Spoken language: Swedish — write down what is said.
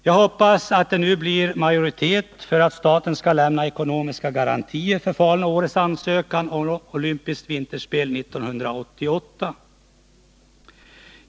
Jag hoppas att det nu blir majoritet för att staten skall lämna ekonomiska garantier för Faluns och Åres ansökan om olympiska vinterspel 1988.